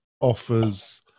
offers